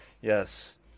Yes